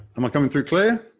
am i coming through clear?